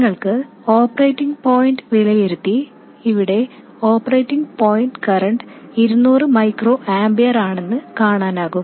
നിങ്ങൾക്ക് operating point വിലയിരുത്തി ഇവിടെ ഓപ്പറേറ്റിംഗ് പോയിന്റ് കറന്റ് ഇരുനൂറ് മൈക്രോ ആമ്പിയറാണെന്ന് കാണാനാകും